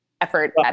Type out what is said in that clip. effort